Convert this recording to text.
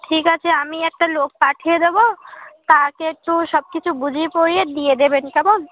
ঠিক আছে আমি একটা লোক পাঠিয়ে দেব তাকে একটু সব কিছু বুঝিয়ে পড়িয়ে দিয়ে দেবেন কেমন